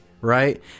right